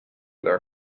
their